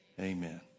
amen